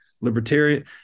Libertarian